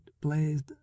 blazed